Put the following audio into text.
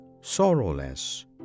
sorrowless